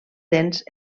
dents